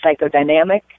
psychodynamic